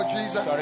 Jesus